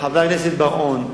חבר הכנסת בר-און,